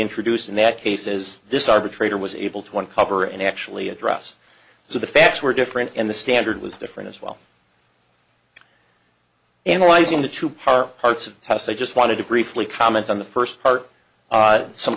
introduced in that case is this arbitrator was able to uncover and actually address so the facts were different and the standard was different as well analyzing the two power parts of the house i just wanted to briefly comment on the first part and some